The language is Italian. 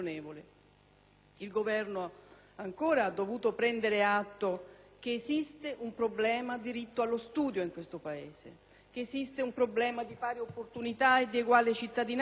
Il Governo, ancora, ha dovuto prendere atto che esiste un problema del diritto allo studio in questo Paese, che esiste un problema di pari opportunità e di uguale cittadinanza